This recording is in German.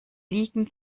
liegen